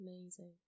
Amazing